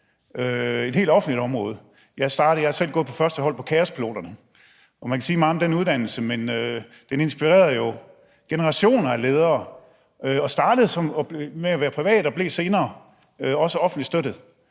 et helt offentligt område. Jeg har selv gået på første hold af kaospiloterne, og man kan sige meget om den uddannelse, men den inspirerede jo generationer af ledere. Den startede med at være privat og blev senere også offentligt støttet.